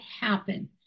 happen